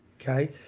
okay